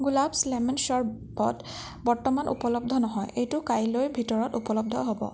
Gulab's lemon চৰ্বত বৰ্তমান উপলব্ধ নহয় এইটো কাইলৈৰ ভিতৰত উপলব্ধ হ'ব